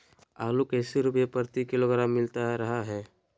आलू कैसे रुपए प्रति किलोग्राम मिलता रहा है?